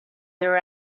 their